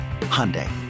Hyundai